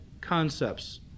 concepts